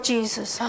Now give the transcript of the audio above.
Jesus